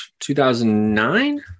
2009